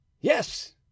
Yes